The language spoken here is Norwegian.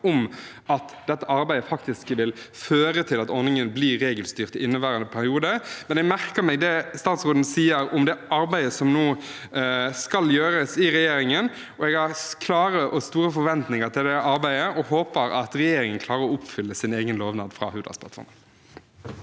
om at dette arbeidet faktisk vil føre til at ordningen blir regelstyrt i inneværende periode. Jeg merker meg likevel det statsråden sier om det arbeidet som nå skal gjøres i regjeringen. Jeg har klare og store forventninger til det arbeidet, og håper regjeringen klarer å oppfylle sin egen lovnad fra Hurdalsplattformen.